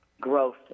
growth